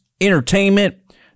entertainment